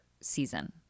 season